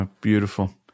Beautiful